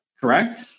correct